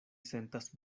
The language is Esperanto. sentas